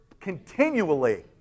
Continually